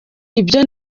ibyo